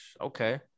okay